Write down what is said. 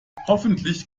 hoffentlich